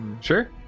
Sure